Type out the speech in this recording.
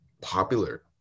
popular